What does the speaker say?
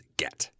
get